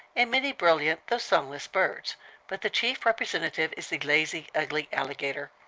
and many brilliant, though songless birds but the chief representative is the lazy, ugly alligator.